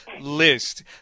list